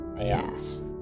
Yes